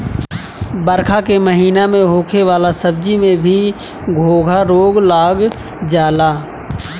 बरखा के महिना में होखे वाला सब्जी में भी घोघा रोग लाग जाला